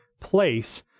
place